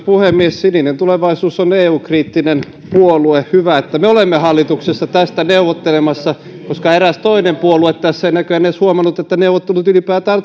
puhemies sininen tulevaisuus on eu kriittinen puolue hyvä että me olemme hallituksessa tästä neuvottelemassa koska eräs toinen puolue tässä ei näköjään edes huomannut että neuvottelut ylipäätään